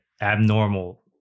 abnormal